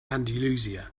andalusia